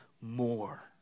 more